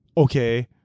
Okay